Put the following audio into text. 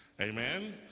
Amen